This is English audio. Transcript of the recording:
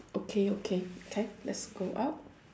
okay okay can let's go out